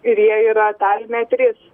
ir jie yra taline trys